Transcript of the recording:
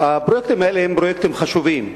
הפרויקטים האלה הם פרויקטים חשובים,